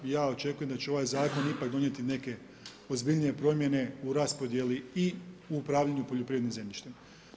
Ja očekujem, da će ovaj zakon ipak donijeti neke ozbiljnije promjene u raspodjeli i u upravljanju poljoprivrednim zemljištem.